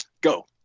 go